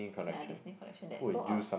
ya Disney collection that sold out